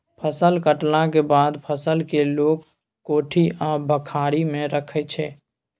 फसल कटलाक बाद फसल केँ लोक कोठी आ बखारी मे राखै छै